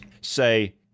say